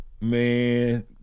Man